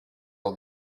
all